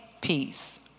peace